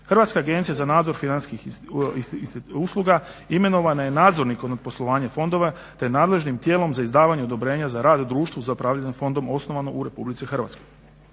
Hrvatska agencija za nadzor financijskih usluga imenovana je nadzornikom poslovanjem fondove te nadležnim tijelom za izdavanje odobrenja za rad u društvu za upravljanje fondom osnovanom u RH. Zakon